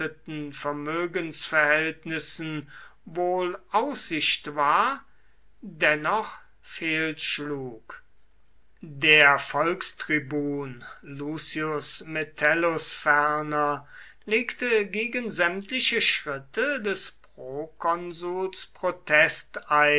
vermögensverhältnissen wohl aussicht war dennoch fehlschlug der volkstribun lucius metellus ferner legte gegen sämtliche schritte des prokonsuls